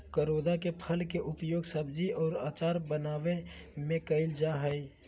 करोंदा के फल के उपयोग सब्जी और अचार बनावय में कइल जा हइ